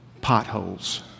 potholes